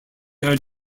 are